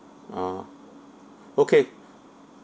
ah okay